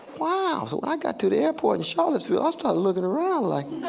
wow so i got to the airport in charlottesville i start looking around like